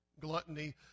gluttony